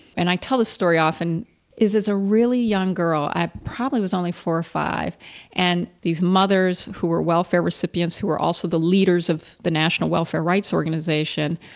and i tell the story often is, as a really young girl, i probably was only four or five and these mothers who were welfare recipients who were also the leaders of the national welfare rights organization,